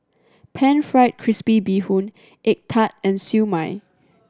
Pan Fried Crispy Bee Hoon egg tart and Siew Mai